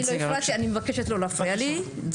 אני לא הפרעתי, אני מבקשת לא להפריע לי.